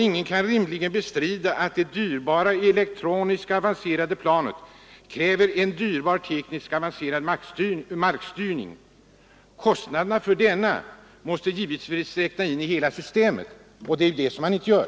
Ingen kan rimligen bestrida att det dyrbara elektroniskt avancerade planet kräver en dyrbar tekniskt avancerad markstyrning. Kostnaderna för denna måste givetvis räknas in i hela systemet, vilket man inte gör.